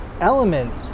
element